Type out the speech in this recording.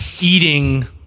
eating